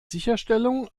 sicherstellung